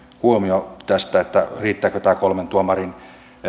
huomioon tästä riittääkö tämä siirtyminen kolmen tuomarin